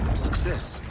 success!